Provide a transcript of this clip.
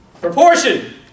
Proportion